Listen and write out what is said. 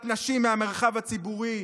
הדרת נשים מהמרחב הציבורי,